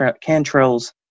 Cantrell's